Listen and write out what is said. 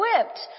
equipped